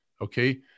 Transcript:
Okay